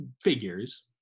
figures